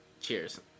Cheers